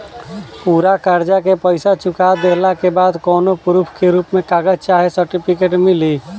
पूरा कर्जा के पईसा चुका देहला के बाद कौनो प्रूफ के रूप में कागज चाहे सर्टिफिकेट मिली?